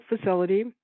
facility